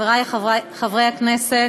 חברי חברי הכנסת,